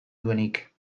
duenik